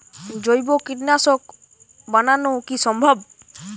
জৈব কীটনাশক বানানো কি সম্ভব?